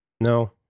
No